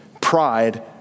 pride